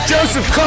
Joseph